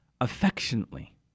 affectionately